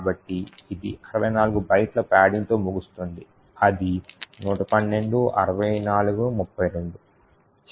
కాబట్టి ఇది 64 బైట్ల పాడింగ్తో ముగుస్తుంది అది 112 64 32